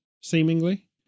seemingly